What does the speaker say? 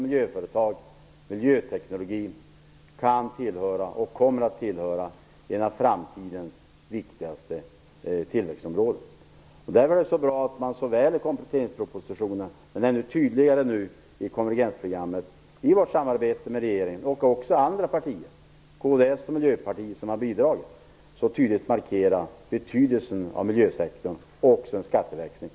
Miljöföretag och miljöteknologi kommer att tillhöra framtidens viktigaste tillväxtområden. Det är bra att man i kompletteringspropositionen, och ännu tydligare i konvergensprogrammet i vårt samarbete med regeringen och andra partier - kds och Miljöpartiet har bidragit - så tydligt markerar betydelsen av miljösektorn och av en skatteväxling.